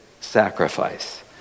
sacrifice